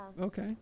Okay